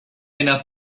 enough